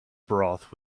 broth